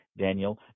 Daniel